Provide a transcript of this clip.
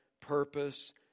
purpose